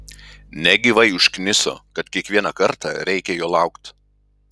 negyvai užkniso kad kiekvieną kartą reikia jo laukt